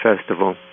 festival